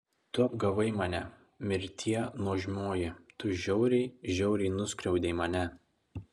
tu apgavai mane mirtie nuožmioji tu žiauriai žiauriai nuskriaudei mane